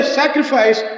sacrifice